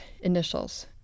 initials